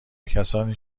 کسانی